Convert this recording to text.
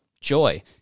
Joy